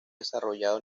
desarrollado